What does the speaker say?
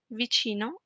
vicino